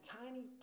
tiny